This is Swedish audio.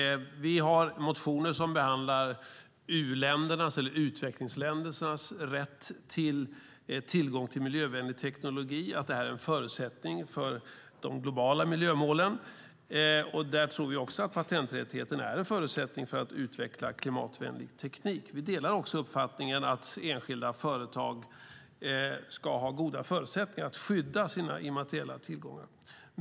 Vi har i betänkandet motioner som behandlar utvecklingsländernas rätt till tillgång till miljövänlig teknologi och att det här är en förutsättning för de globala miljömålen. Där tror vi också att patenträttigheten är en förutsättning för att utveckla klimatvänlig teknik. Vi delar också uppfattningen att enskilda företag ska ha goda förutsättningar att skydda sina immateriella tillgångar.